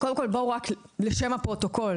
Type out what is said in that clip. קודם כל, לשם הפרוטוקול